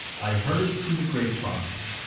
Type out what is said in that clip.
i heard it through the grapevine.